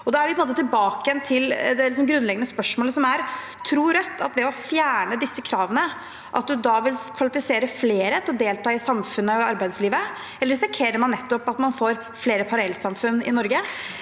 er vi tilbake til det grunnleggende spørsmålet, som er: Tror Rødt at man ved å fjerne disse kravene vil kvalifisere flere til å delta i samfunnet og i arbeidslivet, eller risikerer man nettopp at man får flere parallellsamfunn i Norge?